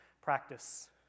Practice